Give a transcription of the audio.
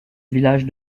village